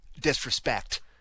Disrespect